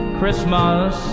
Christmas